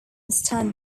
stand